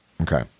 Okay